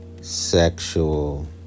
sexual